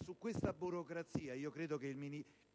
Su questa burocrazia credo che